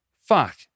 fuck